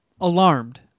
alarmed